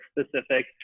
specific